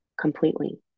completely